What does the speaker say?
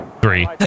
three